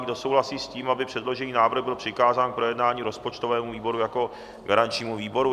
Kdo souhlasí s tím, aby předložený návrh byl přikázán k projednání rozpočtovému výboru jako garančnímu výboru?